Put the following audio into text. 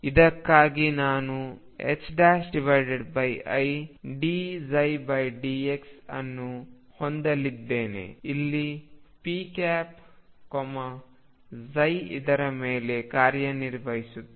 ಇದಕ್ಕಾಗಿ ನಾನು idψ dx ಅನ್ನು ಹೊಂದಲಿದ್ದೇನೆಇಲ್ಲಿ p ಇದರ ಮೇಲೆ ಕಾರ್ಯನಿರ್ವಹಿಸುತ್ತದೆ